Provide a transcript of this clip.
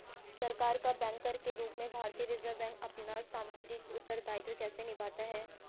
सरकार का बैंकर के रूप में भारतीय रिज़र्व बैंक अपना सांविधिक उत्तरदायित्व कैसे निभाता है?